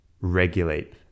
regulate